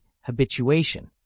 Habituation